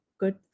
good